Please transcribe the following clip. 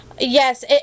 Yes